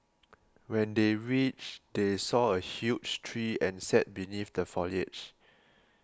when they reached they saw a huge tree and sat beneath the foliage